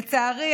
לצערי,